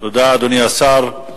תודה, אדוני השר.